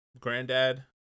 granddad